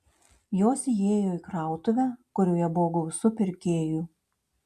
jos įėjo į krautuvę kurioje buvo gausu pirkėjų